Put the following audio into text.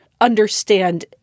understand